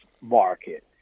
market